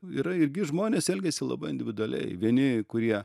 yra irgi žmonės elgiasi labai individualiai vieni kurie